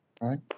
right